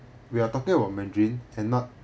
we are talking about mandarin and not